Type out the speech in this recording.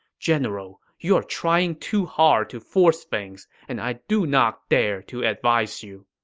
general, you are trying too hard to force things, and i do not dare to advice you.